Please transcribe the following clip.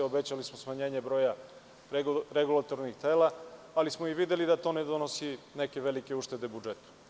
Obećali smo smanjenje broja regulatornih tela, ali smo i videli da to ne donosi neke velike uštede budžetu.